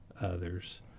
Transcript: others